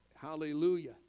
Hallelujah